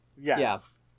Yes